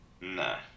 Nah